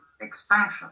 expansion